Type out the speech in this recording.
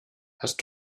hast